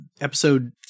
episode